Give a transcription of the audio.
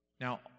Now